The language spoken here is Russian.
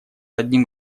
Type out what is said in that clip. одним